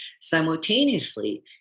Simultaneously